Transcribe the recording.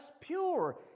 pure